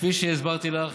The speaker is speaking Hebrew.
כפי שהסברתי לך,